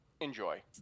Enjoy